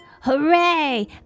Hooray